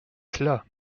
cela